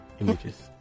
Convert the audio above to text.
images